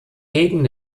gegen